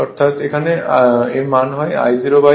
অর্থাৎ এর মান IaA হবে